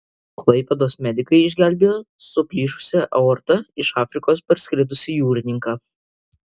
klaipėdos medikai išgelbėjo su plyšusia aorta iš afrikos parskridusį jūrininką